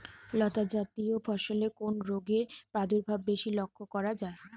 লতাজাতীয় ফসলে কোন রোগের প্রাদুর্ভাব বেশি লক্ষ্য করা যায়?